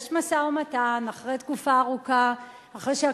יש משא-ומתן אחרי תקופה ארוכה,